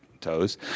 toes